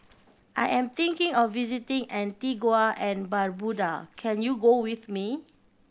I am thinking of visiting Antigua and Barbuda can you go with me